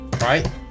Right